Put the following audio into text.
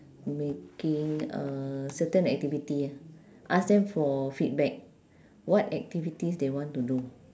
making a certain activity ah ask them for feedback what activities they want to do